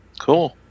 cool